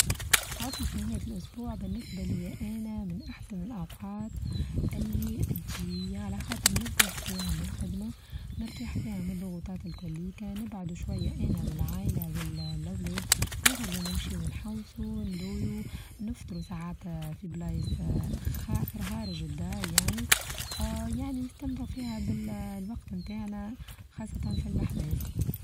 عطلة نهاية الأسبوع بالنسبة ليا أنا من أحسن الاوقات الي تچى على خاطر نرتاح فيها من الخدمة نرتاح فيها من ضغوطات الكليكا نبعدوا شوية أنا والعايلة وال-الأولاد نخرجوا نمشيوا نحوصوا وندورو نفطروا ساعات في بلايس خارچ الدار يعني آآ يعني نستمتعوا فيها بالوقت بتاعنا خاصة في المحواز.